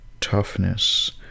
toughness